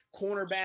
cornerback